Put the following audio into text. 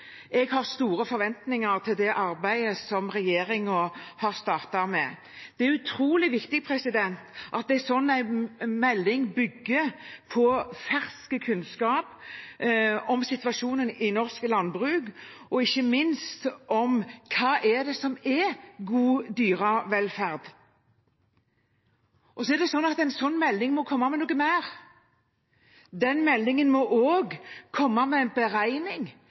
Jeg har store forventninger til det arbeidet som regjeringen har startet. Det er utrolig viktig at en slik melding bygger på fersk kunnskap om situasjonen i norsk landbruk, ikke minst om hva som er god dyrevelferd. Så er det sånn at en slik melding må komme med noe mer. Den meldingen må også komme med en beregning